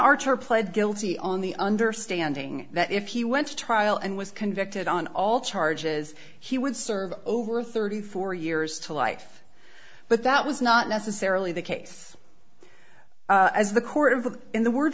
archer pled guilty on the understanding that if he went to trial and was convicted on all charges he would serve over thirty four years to life but that was not necessarily the case as the court of the